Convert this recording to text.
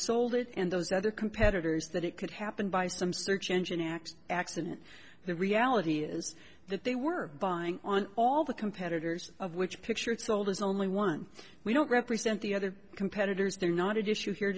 sold it and those other competitors that it could happen by some search engine x accident the reality is that they were buying on all the competitors of which picture it sold is only one we don't represent the other competitors they're not an issue here